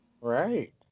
right